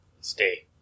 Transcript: Stay